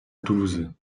toulouse